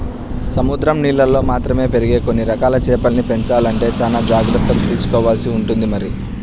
సముద్రం నీళ్ళల్లో మాత్రమే పెరిగే కొన్ని రకాల చేపల్ని పెంచాలంటే చానా జాగర్తలు తీసుకోవాల్సి ఉంటుంది మరి